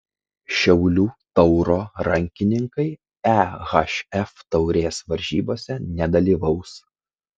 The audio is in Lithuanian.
šiaulių tauro rankininkai ehf taurės varžybose nedalyvaus